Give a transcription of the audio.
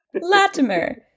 Latimer